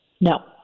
No